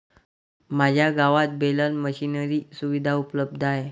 माझ्या गावात baler machinery सुविधा उपलब्ध आहे